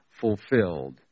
fulfilled